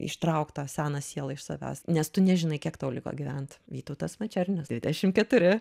ištrauk tą seną sielą iš savęs nes tu nežinai kiek tau liko gyvent vytautas mačernis dvidešim keturi